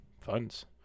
funds